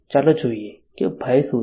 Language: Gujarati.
ચાલો જોઈએ કે ભય શું છે